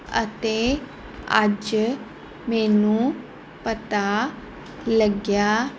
ਅਤੇ ਅੱਜ ਮੈਨੂੰ ਪਤਾ ਲੱਗਿਆ